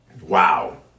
Wow